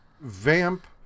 Vamp